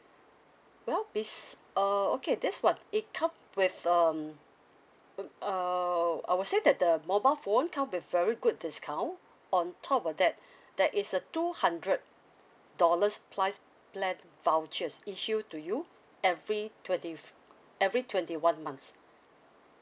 well bes~ uh okay this one it comes with um um err I would say that the mobile phone come with very good discount on top of that there is a two hundred dollars priced plan vouchers issue to you every twenty fo~ every twenty one months